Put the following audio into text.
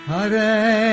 Hare